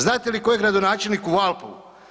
Znate li tko je gradonačelnik u Valpovu?